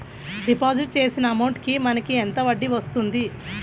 Deposit చేసిన amount కి మనకి ఎంత వడ్డీ వస్తుంది?